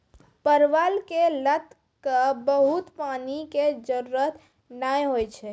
परवल के लत क बहुत पानी के जरूरत नाय होय छै